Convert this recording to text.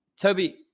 Toby